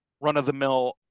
run-of-the-mill